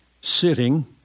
sitting